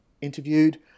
interviewed